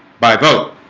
by both